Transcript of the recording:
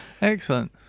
Excellent